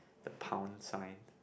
the pound sign